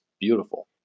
beautiful